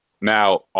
Now